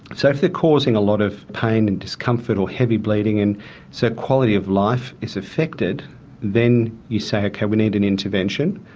so if they're causing a lot of pain and discomfort or heavy bleeding and so quality of life is affected then you say ok, we need an intervention.